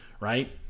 right